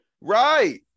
Right